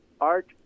art